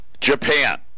Japan